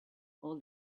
all